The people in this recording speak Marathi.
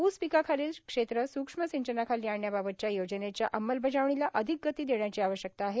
ऊस पिकाखालील क्षेत्र सुक्ष्म सिंचनाखाली आणण्याबाबतच्या योजनेच्या अंमलबजावणीला अधिक गती देण्याची आवश्यकता आहे